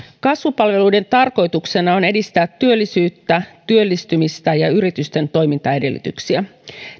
kasvupalveluiden tarkoituksena on edistää työllisyyttä työllistymistä ja yritysten toimintaedellytyksiä